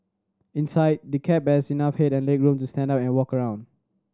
inside the cab has enough head and legroom to stand up and walk around